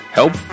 help